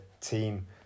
team